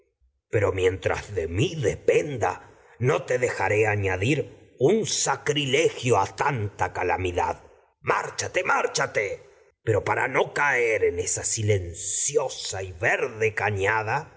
añadir mientras dependa no te dejaré sacri legio a tanta calamidad márchate márchate pero para no caer en esa silenciosa y verde cañada